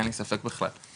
אין לי ספק בכלל,